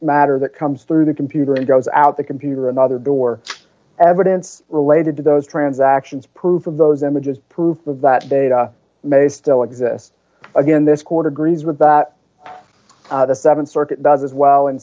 matter that comes through the computer it goes out the computer another door evidence related to those transactions proof of those busy images proof of that data may still exist again this court agrees with that the th circuit does as well and